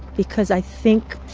because i think